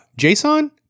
JSON